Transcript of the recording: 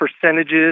percentages